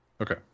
Okay